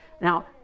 Now